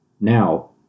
Now